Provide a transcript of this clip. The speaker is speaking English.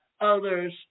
others